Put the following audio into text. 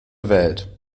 welt